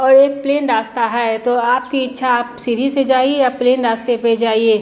और एक प्लेन रास्ता है तो आपकी इच्छा आप सीढ़ी से जाइए या प्लेन रास्ते पर जाइए